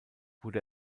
wurde